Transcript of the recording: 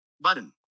button